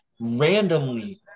randomly